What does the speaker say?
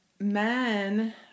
men